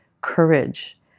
courage